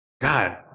God